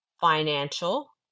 financial